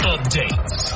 Updates